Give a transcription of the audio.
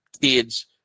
kids